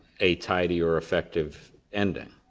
a tidy or effective ending.